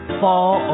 fall